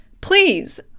please